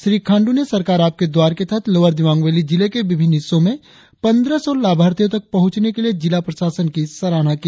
श्री खाण्डू ने सरकार आपके द्वार के तहत लोवर दिवांग वैली जिले के विभिन्न हिस्सों में पंद्रह सौ लाभार्थियों तक पहुंचने के लिए जिला प्रशासन की सराहना की